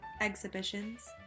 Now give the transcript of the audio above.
exhibitions